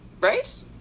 right